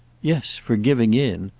yes for giving in.